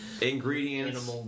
Ingredients